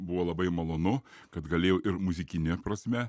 buvo labai malonu kad galėjau ir muzikine prasme